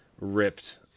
ripped